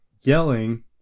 yelling